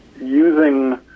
using